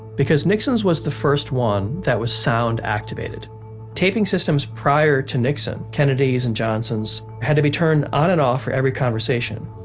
because nixon's was the first one that was sound-activated taping systems prior to nixon, kennedy's and johnson's, had to be turned on and off for every conversation.